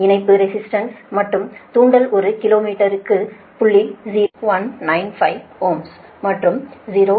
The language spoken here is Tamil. இணைப்பு ரெசிஸ்டன்ஸ் மற்றும் தூண்டல் ஒரு கிலோமீட்டருக்கு 0